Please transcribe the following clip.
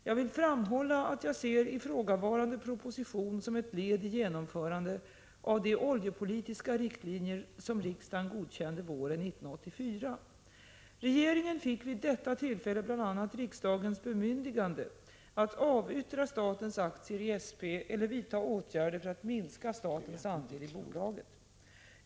Jag vill framhålla att jag ser ifrågavarande proposition som ett led i genomförandet av de oljepolitiska riktlinjer som riksdagen godkände våren 1984. Regeringen fick vid detta tillfälle bl.a. riksdagens bemyndigande att avyttra statens aktier i SP eller vidta åtgärder för att minska statens andel i bolaget.